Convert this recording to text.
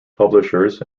publishers